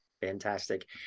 Fantastic